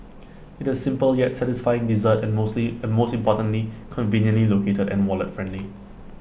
IT A simple yet satisfying dessert and mostly and most importantly conveniently located and wallet friendly